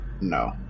No